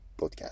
podcast